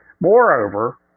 Moreover